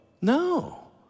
No